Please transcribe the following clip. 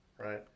right